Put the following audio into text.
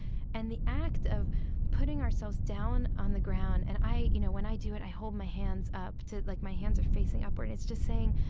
and the act of putting ourselves down on the ground, and i, you know, when i do it, i hold my hands up to, like my hands are facing upwards, it's just saying,